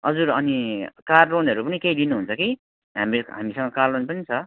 हजुर अनि कार लोनहरू पनि केही लिनुहुन्छ कि हामी हामीसँग कार लोन पनि छ